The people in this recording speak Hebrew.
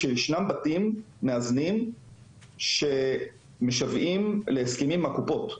שישנם בתים מאזנים שמשוועים להסכמים עם הקופות.